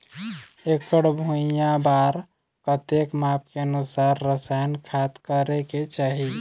एकड़ भुइयां बार कतेक माप के अनुसार रसायन खाद करें के चाही?